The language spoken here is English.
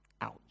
Ouch